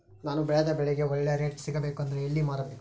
ನಾನು ಬೆಳೆದ ಬೆಳೆಗೆ ಒಳ್ಳೆ ರೇಟ್ ಸಿಗಬೇಕು ಅಂದ್ರೆ ಎಲ್ಲಿ ಮಾರಬೇಕು?